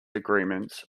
agreements